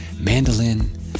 mandolin